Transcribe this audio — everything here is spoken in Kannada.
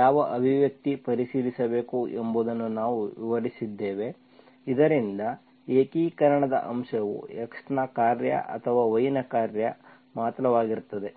ಯಾವ ಅಭಿವ್ಯಕ್ತಿ ಪರಿಶೀಲಿಸಬೇಕು ಎಂಬುದನ್ನು ನಾವು ವಿವರಿಸಿದ್ದೇವೆ ಇದರಿಂದ ಏಕೀಕರಣದ ಅಂಶವು x ನ ಕಾರ್ಯ ಅಥವಾ y ನ ಕಾರ್ಯ ಮಾತ್ರವಾಗಿರುತ್ತದೆ